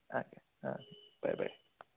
অঁ অঁ বাই বাই